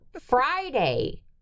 Friday